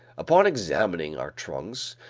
upon examining our trunks,